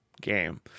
game